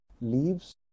leaves